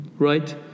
Right